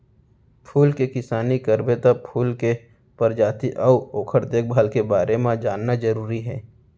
फूल के किसानी करबे त फूल के परजाति अउ ओकर देखभाल के बारे म जानना जरूरी हे